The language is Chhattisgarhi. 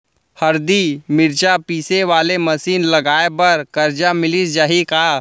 हरदी, मिरचा पीसे वाले मशीन लगाए बर करजा मिलिस जाही का?